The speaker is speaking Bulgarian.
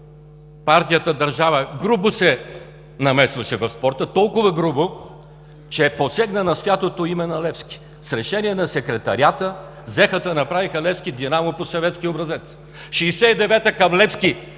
партията-държава грубо се намесваше в спорта, толкова грубо, че посегна на святото име на „Левски“ – с решение на Секретариата, взеха та направиха „Левски“ – „Динамо“, по съветски образец. В 1969 г. към „Левски“